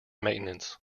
maintenance